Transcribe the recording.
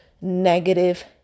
negative